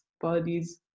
bodies